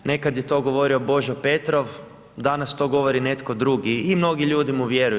Nekad je to govorio Božo Petrov, danas to govori netko drugi i mnogi ljudi mu vjeruju.